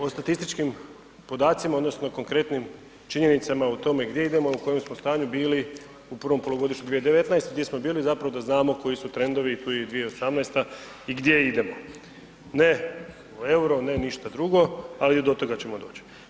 O statističkim podacima odnosno konkretnim činjenicama gdje idemo i u kojem smo stanju bili u prvom polugodištu 2019., gdje smo bili zapravo da znamo koji su trendovi, tu je i 2018. i gdje idemo, ne u euro, ne ništa drugo, ali i do toga ćemo doć.